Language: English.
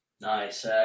Nice